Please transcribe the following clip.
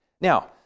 Now